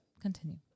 continue